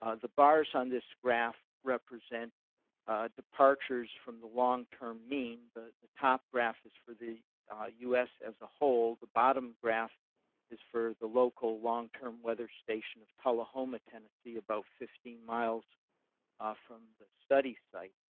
ah the bars on this graph represent departures from the long term mean, but the top graph is for the u s. as a whole. the bottom graph is for the local long term weather station of tullahoma, tennessee, about fifteen miles ah from the study site.